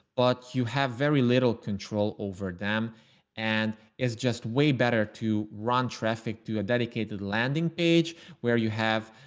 ah you have very little control over them and is just way better to run traffic to a dedicated landing page where you have,